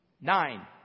Nine